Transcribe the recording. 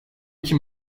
iki